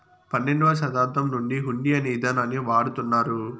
పన్నెండవ శతాబ్దం నుండి హుండీ అనే ఇదానాన్ని వాడుతున్నారు